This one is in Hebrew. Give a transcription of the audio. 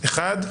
אחד.